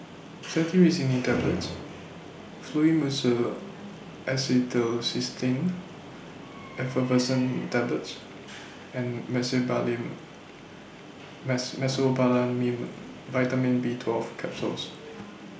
Cetirizine Tablets Fluimucil Acetylcysteine Effervescent Tablets and Mecobalamin Vitamin B twelve Capsules